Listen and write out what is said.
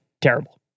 terrible